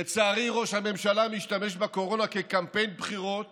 לצערי, ראש הממשלה משתמש בקורונה כקמפיין בחירות